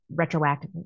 retroactively